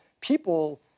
people